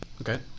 Okay